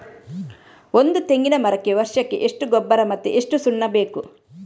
ಒಂದು ತೆಂಗಿನ ಮರಕ್ಕೆ ವರ್ಷಕ್ಕೆ ಎಷ್ಟು ಗೊಬ್ಬರ ಮತ್ತೆ ಎಷ್ಟು ಸುಣ್ಣ ಬೇಕು?